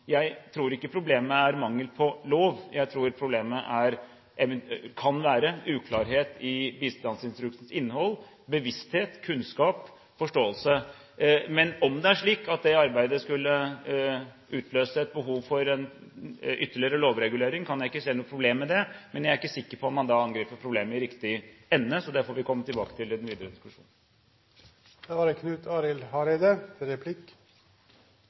Jeg tror ikke problemet er mangel på lov. Jeg tror problemet kan være uklarhet i bistandsinstruksens innhold, bevissthet, kunnskap og forståelse. Men om det er slik at det arbeidet skulle utløse et behov for en ytterligere lovregulering, kan jeg ikke se noe problem med det. Men jeg er ikke sikker på om man da angriper problemet i riktig ende, så det får vi komme tilbake til i den videre diskusjonen.